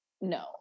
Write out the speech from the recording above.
no